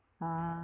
ah